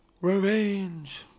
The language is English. Revenge